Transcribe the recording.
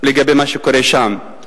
לגבי מה שקורה שם.